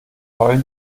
heulen